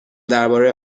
درباره